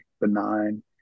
benign